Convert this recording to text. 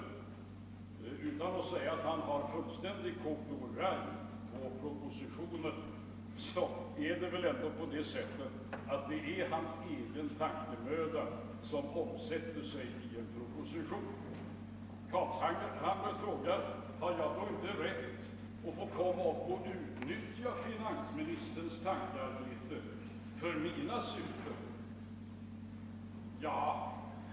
Jag vill inte påstå att han har fullständig copyright på propositionen, men det är väl ändå på det sättet att propositionen är ett resultat av hans egen tankemöda. Herr Carlshamre frågar: Har jag då inte rätt att få utnyttja finansministerns tankearbete för mina syften?